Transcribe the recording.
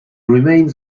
remains